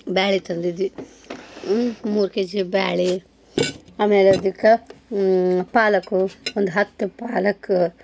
ಬೇಳೆ ತಂದಿದ್ವಿ ಮೂರು ಕೆ ಜಿ ಬೇಳೆ ಆಮೇಲೆ ಅದಕ್ಕೆ ಪಾಲಕ್ ಒಂದು ಹತ್ತು ಪಾಲಕ್